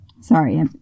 Sorry